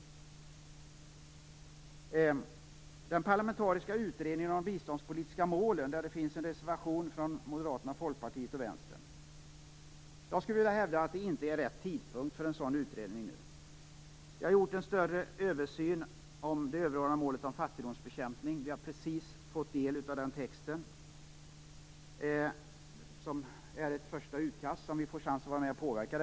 Beträffande den parlamentariska utredningen om de biståndspolitiska målen finns det en reservation från Moderaterna, Folkpartiet och Vänstern. Jag skulle vilja hävda att tidpunkten inte är den rätta för en sådan utredning. Det har ju gjorts en större översyn av det överordnade målet när det gäller fattigdomsbekämpningen. Vi har precis fått del av texten, som är ett första utkast och som vi dessutom får en chans att vara med och påverka.